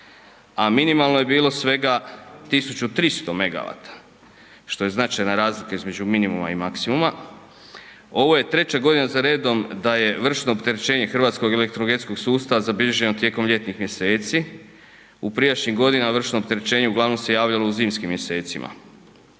a minimalno je bilo svega 1300 MW, što je značajna razlika između minimuma i maksimuma. Ovo je treća godina za redom da je vršno opterećenje hrvatsko elektroenergetsko sustava zabilježeno tijekom ljetnih mjeseci. U prijašnjim godinama vršno opterećenje uglavnom se javljalo u zimskim mjesecima.